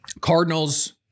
Cardinals